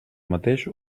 mateix